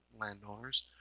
landowners